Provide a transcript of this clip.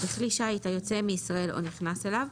בכלי שיט היוצא משטח ישראל או נכנס אליו,